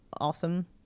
awesome